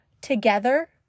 Together